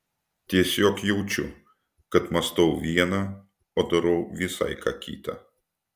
tiesiog jaučiu kad mąstau viena o darau visai ką kita